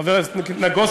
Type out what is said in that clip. חבר הכנסת נגוסה,